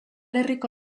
herriko